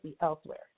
elsewhere